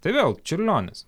tai vėl čiurlionis